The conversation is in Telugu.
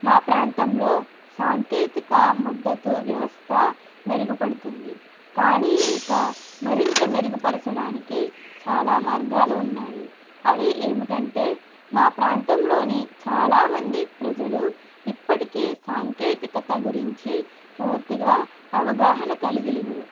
మా ప్రాంతంలో సాంకేతిక మద్దతు వ్యవస్థ మెరుగుపడుతుంది కానీ ఇంకా మరింత మెరుగుపరచడానికి చాలా మార్గాలు ఉన్నాయి అవి ఏమిటంటే మా ప్రాంతంలోని చాలామంది ప్రజలు ఇప్పటికీ సాంకేతికత గురించి పూర్తిగా అవగాహన కలిగి లేరు